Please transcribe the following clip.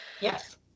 yes